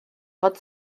fod